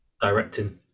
directing